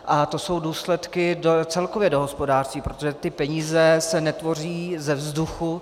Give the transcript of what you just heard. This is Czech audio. A to jsou důsledky celkově do hospodářství, protože ty peníze se netvoří ze vzduchu.